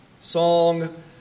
Song